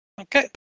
Okay